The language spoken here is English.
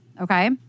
okay